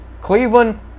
Cleveland